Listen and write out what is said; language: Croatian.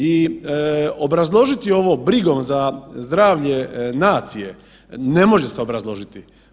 I obrazložiti ovo brigom za zdravlje nacije ne može se obrazložiti.